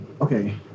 okay